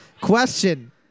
question